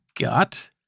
got